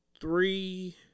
three